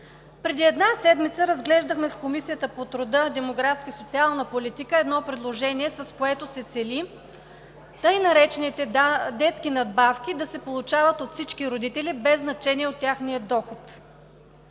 Преди една седмица разглеждахме в Комисията по труда, демографската и социалната политика едно предложение, с което се цели така наречените детски надбавки да се получават от всички родители без значение от техния доход.